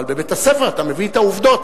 אבל בבית-הספר אתה מביא את העובדות.